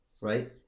right